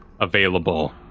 available